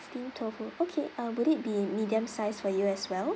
steamed tofu okay uh would it be medium size for you as well